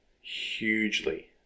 hugely